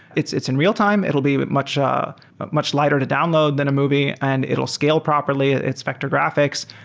it's it's in real-time. it'll be but much um but much lighter to download than a movie and it'll scale properly. it's vector graphics,